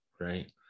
right